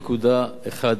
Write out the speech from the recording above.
ב-1.1%.